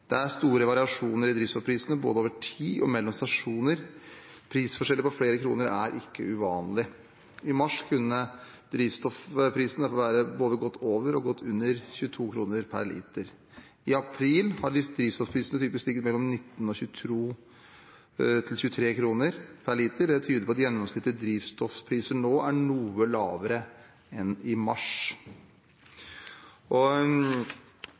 Det er store variasjoner i drivstoffprisene både over tid og mellom stasjoner, prisforskjeller på flere kroner er ikke uvanlig. I mars kunne drivstoffprisene være både godt over og godt under 22 kr per liter. I april har drivstoffprisene ligget mellom 19 og 22–23 kr per liter. Det tyder på at gjennomsnittlige drivstoffpriser nå er noe lavere enn i mars.